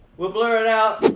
we'll blur it out!